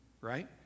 right